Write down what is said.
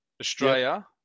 Australia